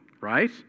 right